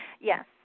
Yes